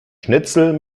schnitzel